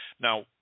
Now